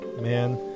man